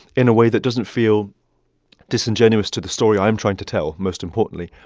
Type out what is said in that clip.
in a way that doesn't feel disingenuous to the story i'm trying to tell, most importantly.